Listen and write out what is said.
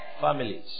Families